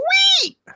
sweet